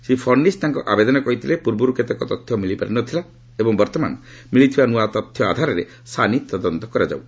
ଶ୍ରୀ ଫଡ଼୍ନିସ୍ ତାଙ୍କ ଆବେଦନରେ କହିଥିଲେ ପୂର୍ବରୁ କେତେକ ତଥ୍ୟ ମିଳିପାରି ନ ଥିଲା ଏବଂ ବର୍ତ୍ତମାନ ମିଳିଥିବା ନୂଆ ତଥ୍ୟ ଆଧାରରେ ସାନି ତଦନ୍ତ କରାଯାଉ